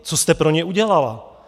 Co jste pro ně udělala?